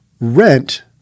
rent